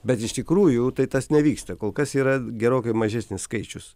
bet iš tikrųjų tai tas nevyksta kol kas yra gerokai mažesnis skaičius